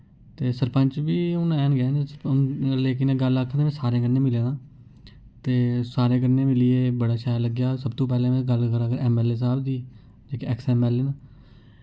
ते सरपंच बी हून हैन गै न लेकिन इक गल्ल आखां ते में सारें कन्नै मिल्ले दा ते सारें कन्नै मिलियै बड़ा शैल लग्गेआ सबतों पैह्लें में गल्ल करां अगर ऐम्मऐल्लए साहब दी जेह्के ऐक्स ऐम्मऐल्लए न